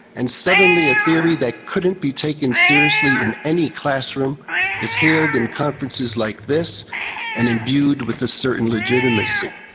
and suddenly a theory that couldn't be taken seriously in any classroom is hailed in conferences like this and imbued with a certain legitimacy.